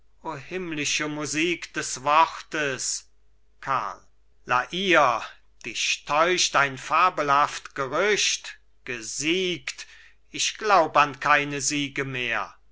himmlische musik des wortes karl la hire dich täuscht ein fabelhaft gerücht gesiegt ich glaub an keine siege mehr